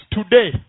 today